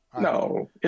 No